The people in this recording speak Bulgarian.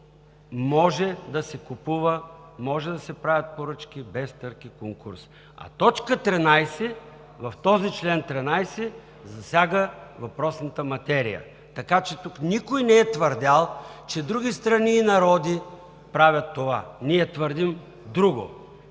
„може да се купува, може да се правят поръчки без търг и конкурс“. А т. 13 в този чл. 13 засяга въпросната материя, така че тук никой не е твърдял, че други страни и народи правят това. Ние твърдим друго